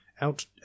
out